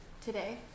today